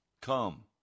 Come